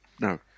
No